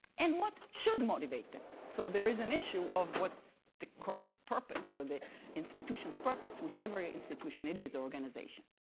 and what should motivate them? so there is an issue of what the corporate purpose or the institution's purpose, whichever institution it is, or organization.